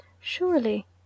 Surely